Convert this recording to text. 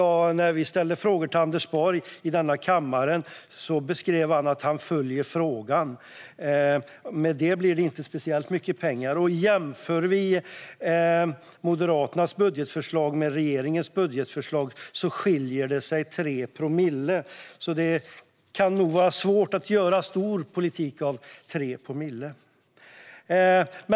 När vi ställde frågor till Anders Borg i denna kammare beskrev han att han följde frågan. Med det blir det inte speciellt mycket pengar. Jämför vi Moderaternas budgetförslag med regeringens budgetförslag skiljer det 3 promille. Det kan nog vara svårt att göra stor politik av 3 promille.